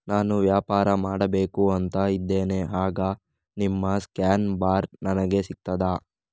ನಾನು ವ್ಯಾಪಾರ ಮಾಡಬೇಕು ಅಂತ ಇದ್ದೇನೆ, ಆಗ ನಿಮ್ಮ ಸ್ಕ್ಯಾನ್ ಬಾರ್ ನನಗೆ ಸಿಗ್ತದಾ?